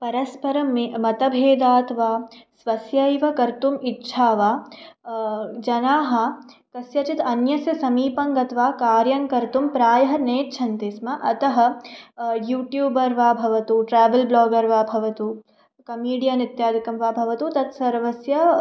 परस्परं मे मतभेदात् वा स्वस्यैव कर्तुम् इच्छा वा जनाः कस्यचित् अन्यस्य समीपं गत्वा कार्यं कर्तुं प्रायः नेच्छन्ति स्म अतः युट्युबर् वा भवतु ट्रावेल् ब्लागर् वा भवतु कमीडीयन् इत्यादिकं वा भवतु तत् सर्वस्य